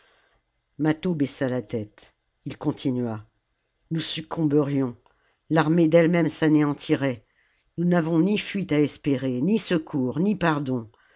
mâtho baissa la tête ii continua nous succomberions l'armée d'elle-même s'anéantirait nous n'avons ni fuite à espérer ni secours ni pardon